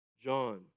John